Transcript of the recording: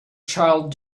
child